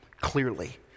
clearly